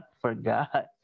forgot